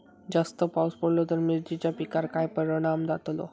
जास्त पाऊस पडलो तर मिरचीच्या पिकार काय परणाम जतालो?